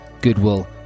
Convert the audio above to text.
goodwill